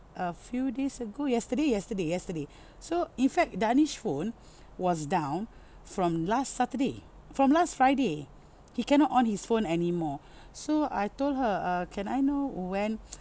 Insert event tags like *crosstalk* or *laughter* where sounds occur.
a few days ago yesterday yesterday yesterday so in fact darnish phone was down from last saturday from last friday he cannot on his phone anymore so I told her uh can I know when *noise*